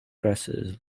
dresses